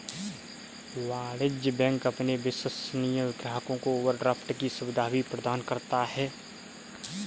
वाणिज्य बैंक अपने विश्वसनीय ग्राहकों को ओवरड्राफ्ट की सुविधा भी प्रदान करता है